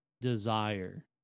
desire